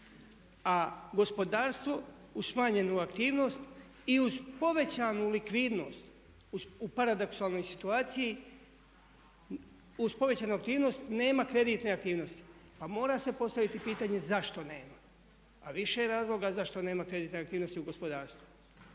A gospodarstvo uz smanjenu aktivnost i uz povećanu likvidnost u paradoksalnoj situaciji uz povećanu aktivnost nema kreditne aktivnosti. Pa mora se postaviti pitanje zašto nema? A više je razloga zašto nema kreditne aktivnosti u gospodarstvu.